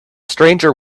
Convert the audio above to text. stranger